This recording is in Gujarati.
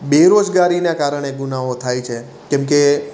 બેરોજગારીના કારણે ગુનાહો થાય છે કેમકે